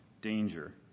danger